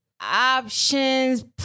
options